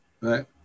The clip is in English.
Right